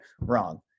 wrong